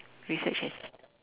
research assist